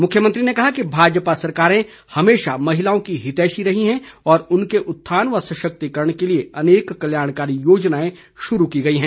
मुख्यमंत्री ने कहा कि भाजपा सरकारें हमेशा महिलाओं की हितैषी रहीं है और उनके उत्थान व सशक्तिकरण के लिए अनेक कल्याणकारी योजनाएं शुरू की गई हैं